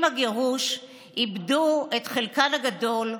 עם הגירוש הם איבדו את חלקן הגדול,